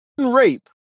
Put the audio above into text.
rape